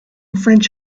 french